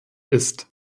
ist